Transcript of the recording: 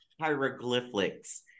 hieroglyphics